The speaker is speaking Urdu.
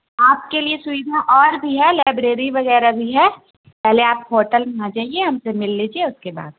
آپ کے لیے سویدھا اور بھی ہے لائبریری وغیرہ بھی ہے پہلے آپ ہوٹل میں آ جائیے ہم سے مل لیجیے اس کے بعد